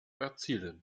erzielen